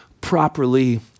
properly